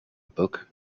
book